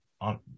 on